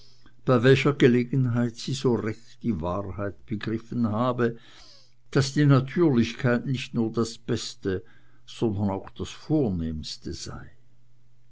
bei welcher gelegenheit sie so recht die wahrheit begriffen habe daß die natürlichkeit nicht nur das beste sondern auch das vornehmste sei